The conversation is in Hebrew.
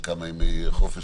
שנמצאת בכמה ימי חופש,